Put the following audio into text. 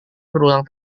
berulang